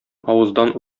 авыздан